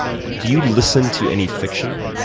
do you listen to any fiction?